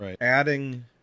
adding